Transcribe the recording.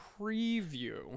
preview